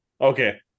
Okay